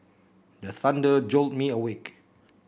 the thunder jolt me awake